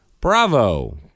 bravo